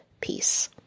peace